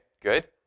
good